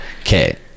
Okay